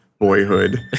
boyhood